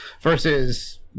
versus